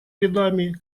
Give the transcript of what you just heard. рядами